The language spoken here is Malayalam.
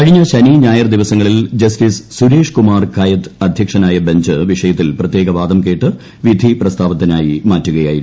കഴിഞ്ഞ ശനി ഞായർ ദിവസങ്ങളിൽ ജസ്റ്റിസ് സുരേഷ് കുമാർ ക്ട്യ്ത് അദ്ധ്യക്ഷനായ ബഞ്ച് വിഷയത്തിൽ പ്രത്യേക വാദം കേട്ട് വിധി ്പ്രസ്താവത്തിനായി മാറ്റിവയ്ക്കുകയായിരുന്നു